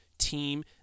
team